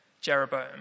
Jeroboam